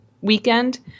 weekend